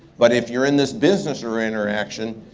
but if you're in this business or interaction,